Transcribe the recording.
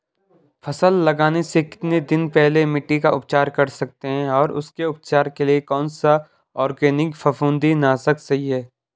फसल लगाने से कितने दिन पहले मिट्टी का उपचार कर सकते हैं और उसके उपचार के लिए कौन सा ऑर्गैनिक फफूंदी नाशक सही है?